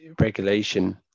regulation